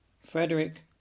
Frederick